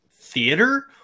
theater